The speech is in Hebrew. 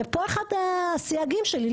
ופה אחד הסייגים שלי,